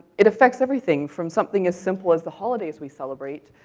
it affects everything from something as simple as the holidays we celebrate,